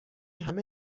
همه